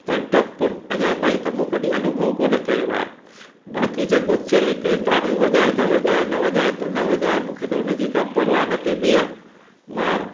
त डपु अञा ताईं त मूं कॾहिं अनुभव कोन कयो आहे बाक़ी जेको थिए केर तारियूं वॼाए त वॼाए न वॼाए त न वॼाए मूंखे त उन जी का परवाह न थींदी आहे मां